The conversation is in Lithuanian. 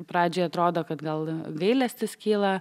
pradžioje atrodo kad gal gailestis kyla